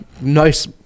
nice